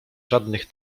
żadnych